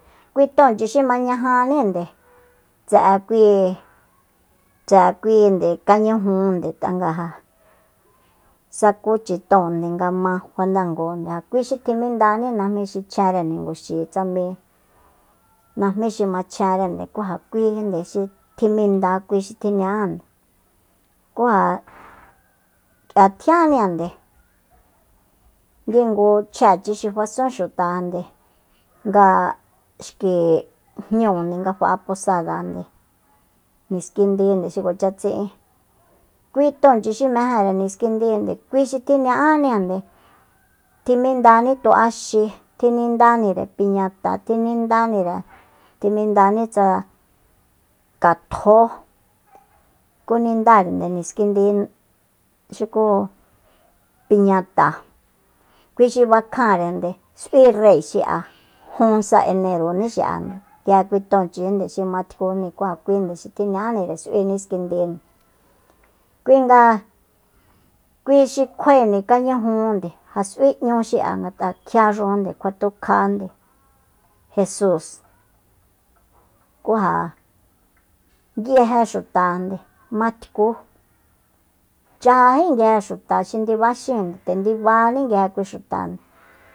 Kui tonchi xi mañajanínde tse kui- tse'e kuinde kañujunde ngat'a ja sakuchi tóonde nga ma fanangojande ja kui xi tjimindani najmí xi chjenre ninguxi tsa mi najmí xi machjenrende ku ja kuininde xi tjiminda kui xi tjiña'ánde ku ja k'ia tjianninde kingu chjéchi xi fasun xutande nga xki jñúunde nga fa'a posadande niskindinde xi kuacha tsi'in kui tonchi xi mejere niskinde kui xi tjiña'ánijande tjimindaní tu axi tjinindanire piñata tjinindanire tjimindani tsa katjó ku nindare niskindi xuku piñata kui xi bakjanrende s'ui rei xi'a jun sa eneroní xi'ande nguije kui tonchinde xi matkunde ku ja kuinde xi ja tjiña'ánire s'ui niskindinde kui nga kui xi kjuaende kañujunde ja s'ui nñu xi'a ngata kjiaxujande kiatukjande jesus ku ja nguije xutajande matku chajají nguije xuta xi ndiba xin nde ndibaní nguije kui xutande